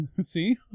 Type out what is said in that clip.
See